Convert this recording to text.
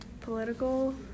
political